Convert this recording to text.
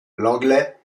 l’anglais